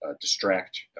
distract